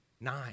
nine